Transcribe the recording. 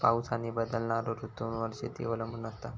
पाऊस आणि बदलणारो ऋतूंवर शेती अवलंबून असता